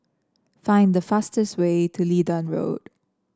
find the fastest way to Leedon Road